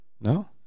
No